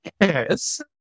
Yes